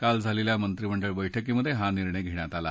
काल झालेल्या मंत्रीमंडळ बैठकीत हा निर्णय घेण्यात आला